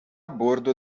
bordo